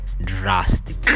drastic